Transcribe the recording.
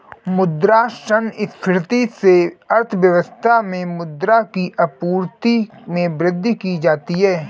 मुद्रा संस्फिति से अर्थव्यवस्था में मुद्रा की आपूर्ति में वृद्धि की जाती है